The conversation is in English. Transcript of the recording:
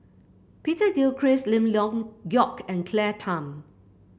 Peter Gilchrist Lim Leong Geok and Claire Tham